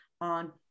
on